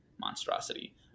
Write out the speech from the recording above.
monstrosity